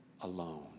alone